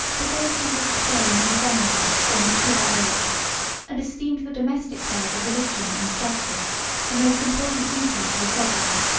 but they ascended the throne in a venerable or mature age and esteemed the domestic cares of religion and justice the most important duties of a sovereign.